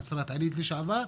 נצרת עילית לשעבר,